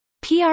PR